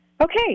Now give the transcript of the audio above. Okay